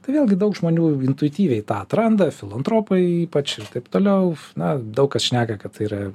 tai vėlgi daug žmonių intuityviai tą atranda filantropai ypač ir taip toliau na daug kas šneka kad tai yra